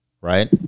right